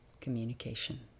communication